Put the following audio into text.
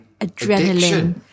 adrenaline